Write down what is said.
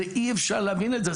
זה אי אפשר להבין את זה,